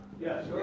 Yes